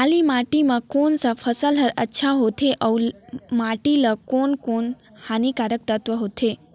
काली माटी मां कोन सा फसल ह अच्छा होथे अउर माटी म कोन कोन स हानिकारक तत्व होथे?